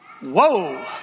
Whoa